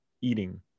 eating